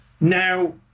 Now